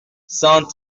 cent